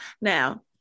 now